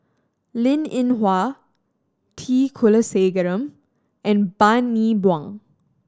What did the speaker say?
Linn In Hua T Kulasekaram and Bani Buang